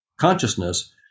consciousness